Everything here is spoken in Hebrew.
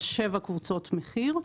יש שבע קבוצות מחיר.